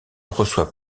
reçoit